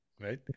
right